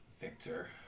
Victor